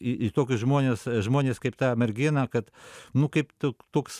į į tokius žmonius žmonės kaip ta mergina kad nu kaip tu toks